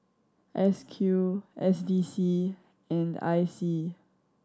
S Q S D C and I C